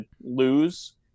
lose